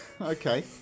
Okay